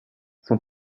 son